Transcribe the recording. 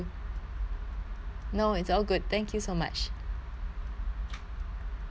no it's all good thank you so much bye